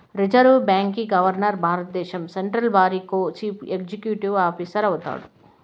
reserve బాంకీ governor భారద్దేశం central బారికో చీఫ్ ఎక్సిక్యూటివ్ ఆఫీసరు అయితాడు